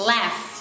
laugh